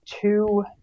two